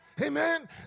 Amen